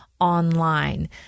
online